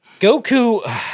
Goku